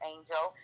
Angel